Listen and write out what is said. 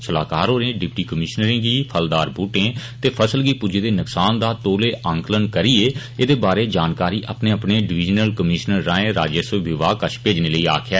सलाहकार होरें डिप्टी कमीश्नरें गी फलदार बुटटे ते फसल गी पुज्जे दे नकसान दा तौले आंकलन करियै एहदे बारै जानकारी अपने अपने डिविजनल कश्मीनर राएं राजस्व विभाग कश मेजने लेई आक्खेया